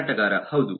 ಮಾರಾಟಗಾರ ಹೌದು